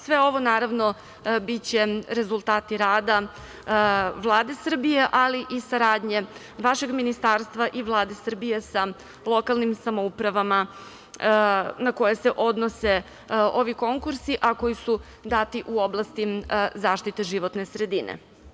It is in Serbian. Sve ovo naravno biće rezultati rada Vlade Srbije, ali i saradnje vašeg ministarstva i Vlade Srbije sa lokalnim samoupravama na koje se odnose ovi konkursi, a koji su dati u oblasti zaštite životne sredine.